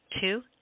Two